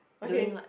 doing what